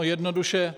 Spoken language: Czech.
Jednoduše